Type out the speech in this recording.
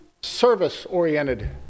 service-oriented